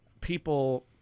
people